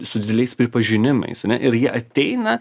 su dideliais pripažinimais ane ir jie ateina